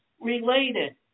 related